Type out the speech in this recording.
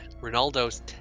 Ronaldo's